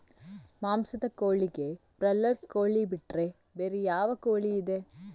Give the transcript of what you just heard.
ಮಾಂಸದ ಕೋಳಿಗೆ ಬ್ರಾಲರ್ ಕೋಳಿ ಬಿಟ್ರೆ ಬೇರೆ ಯಾವ ಕೋಳಿಯಿದೆ?